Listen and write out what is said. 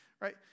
right